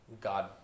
God